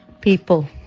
people